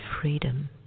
freedom